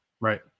Right